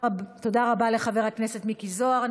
תודה רבה לחבר הכנסת מיקי זוהר.